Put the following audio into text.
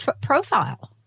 profile